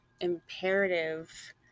imperative